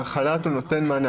החל"ת נותן מענה,